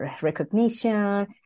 recognition